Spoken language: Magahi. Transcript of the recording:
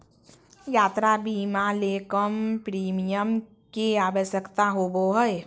यात्रा बीमा ले कम प्रीमियम के आवश्यकता होबो हइ